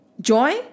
Joy